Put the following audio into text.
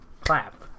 clap